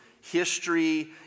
history